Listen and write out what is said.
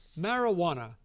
Marijuana